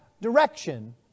direction